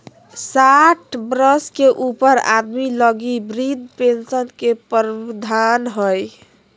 साठ वर्ष के ऊपर आदमी लगी वृद्ध पेंशन के प्रवधान हइ